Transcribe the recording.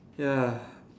ya